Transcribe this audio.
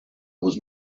was